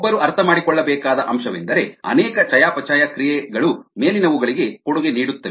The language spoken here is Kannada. ಒಬ್ಬರು ಅರ್ಥಮಾಡಿಕೊಳ್ಳಬೇಕಾದ ಅಂಶವೆಂದರೆ ಅನೇಕ ಚಯಾಪಚಯ ಪ್ರಕ್ರಿಯೆಗಳು ಮೇಲಿನವುಗಳಿಗೆ ಕೊಡುಗೆ ನೀಡುತ್ತವೆ